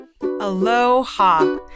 Aloha